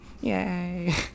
Yay